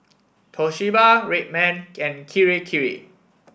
Toshiba Red Man and Kirei Kirei